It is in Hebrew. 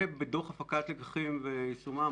בדוח הפקת לקחים ויישומם,